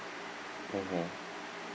mmhmm